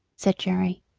said jerry.